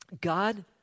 God